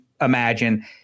imagine